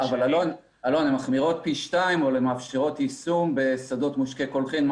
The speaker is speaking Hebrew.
הן מחמירות פי שתיים אבל הן מאפשרות יישום בשדות מושקיי קולחין,